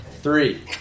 Three